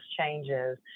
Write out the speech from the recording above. changes